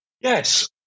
Yes